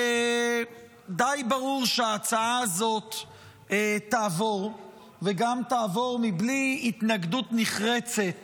ודי ברור שההצעה הזאת תעבור וגם תעבור מבלי התנגדות נחרצת